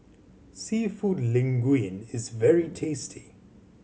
Seafood Linguine is very tasty